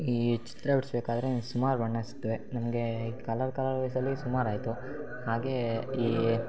ಈ ಚಿತ್ರ ಬಿಡಿಸ್ಬೇಕಾದ್ರೆ ನಿಮ್ಗೆ ಸುಮಾರು ಬಣ್ಣ ಸಿಗ್ತವೆ ನಮಗೆ ಕಲರ್ ಕಲರ್ ವೈಸಲ್ಲಿ ಸುಮಾರಾಯಿತು ಹಾಗೇ ಈ